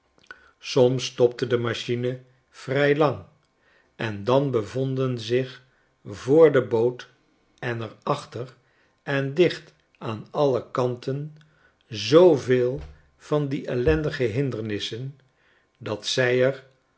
soms stopte de machine vrij lang en dan bevonden zich voor de boot en er achter en dicht aan alle kanten zooveel van die ellendige hindernissen dat zij er